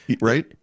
Right